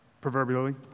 Proverbially